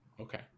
okay